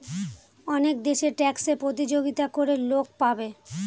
অনেক দেশে ট্যাক্সে প্রতিযোগিতা করে লোক পাবে